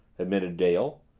admitted dale,